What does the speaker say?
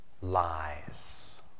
lies